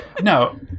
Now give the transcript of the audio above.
no